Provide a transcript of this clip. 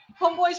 homeboy's